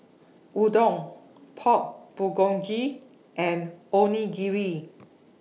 Udon Pork Bulgogi and Onigiri